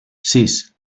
sis